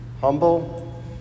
humble